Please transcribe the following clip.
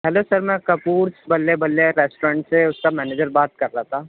hello sir میں Kapoor's Balle Balle restaurant سے اُس کا مینیجر بات کر رہا تھا